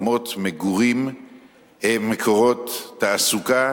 מקורות תעסוקה